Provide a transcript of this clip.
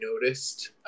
noticed